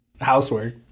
housework